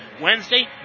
Wednesday